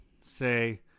say